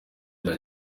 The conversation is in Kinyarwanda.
bya